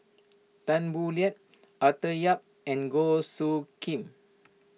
Tan Boo Liat Arthur Yap and Goh Soo Khim